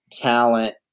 talent